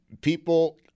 People